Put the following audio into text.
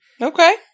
Okay